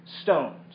stones